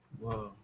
Wow